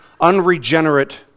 unregenerate